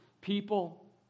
people